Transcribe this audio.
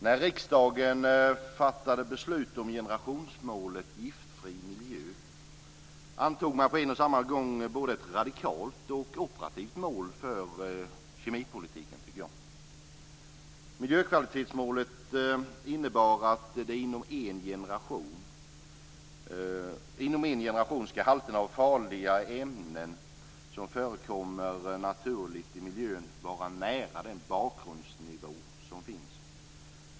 När riksdagen fattade beslut om generationsmålet en giftfri miljö tycker jag att man på en och samma gång antog ett både radikalt och operativt mål för kemipolitiken. Miljökvalitetsmålet innebar att halterna av farliga ämnen som förekommer naturligt i miljön inom en generation ska vara nära den bakgrundsnivå som finns.